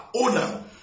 owner